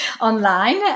online